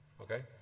Okay